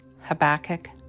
Habakkuk